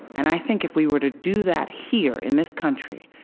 and i think if we were to do that here, in this country,